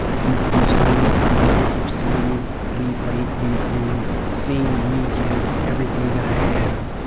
you've you've seen me come early. you've seen me leave late. you've you've seen me give everything that i have.